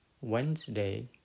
Wednesday